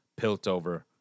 Piltover